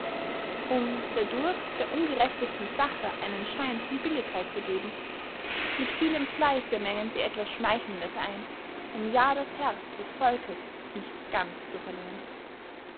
um dadurch der ungerechtesten sache einen schein von billigkeit zu geben mit vielem fleisse mengen sie etwas schmeichlendes ein um ja das herz des volkes nicht ganz zu verlieren